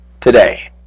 today